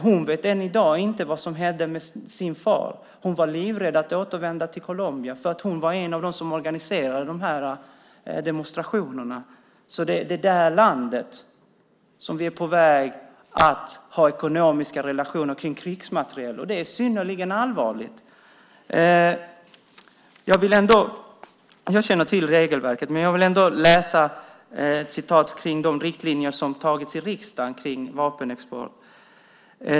Hon vet än i dag inte vad som hände med hennes far. Hon var livrädd att återvända till Colombia eftersom hon var en av dem som organiserade de här demonstrationerna. Det är det landet som vi är på väg att ha ekonomiska relationer om krigsmateriel med, och det är synnerligen allvarligt. Jag känner till regelverket, men jag vill ändå läsa upp ett citat om de riktlinjer som antagits i riksdagen om vapenexport.